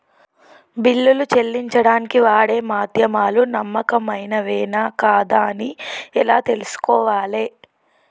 బిల్లులు చెల్లించడానికి వాడే మాధ్యమాలు నమ్మకమైనవేనా కాదా అని ఎలా తెలుసుకోవాలే?